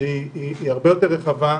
שהיא הרבה יותר רחבה.